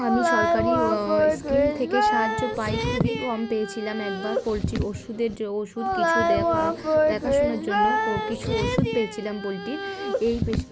আমি সরকারি স্কিম থেকে সাহায্য পাই খুবই কম পেয়েছিলাম একবার পোলট্রির ওষুধের যে ওষুধ কিছু দেখা দেখাশোনোর জন্য কিছু ওষুধ পেয়েছিলাম পোলট্রির এই পেশ